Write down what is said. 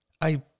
I